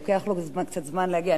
לוקח לו קצת זמן להגיע.